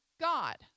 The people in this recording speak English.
God